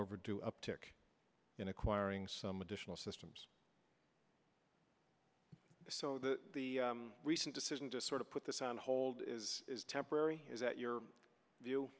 overdue uptick in acquiring some additional systems so that the recent decision just sort of put this on hold is temporary is that your